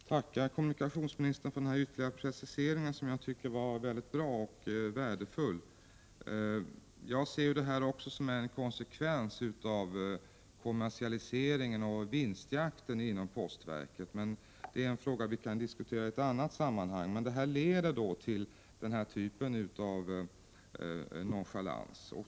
Fru talman! Jag tackar kommunikationsministern för den ytterligare preciseringen som jag tycker var väldigt bra och värdefull. Jag ser detta också som en konsekvens av kommersialiseringen och vinstjakten inom postverket, men detta är en fråga som vi kan diskutera i något annat sammanhang. Sådana saker leder till den här typen av nonchalans.